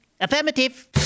affirmative